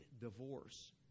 Divorce